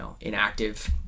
inactive